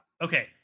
Okay